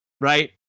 right